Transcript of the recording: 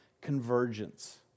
convergence